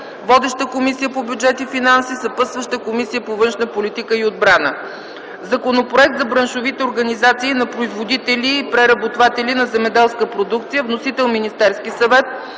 Водеща е Комисията по бюджет и финанси. Съпътстваща е Комисията по външна политика и отбрана. Законопроект за браншовите организации на производители и преработватели на земеделска продукция. Вносител е Министерският съвет.